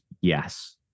yes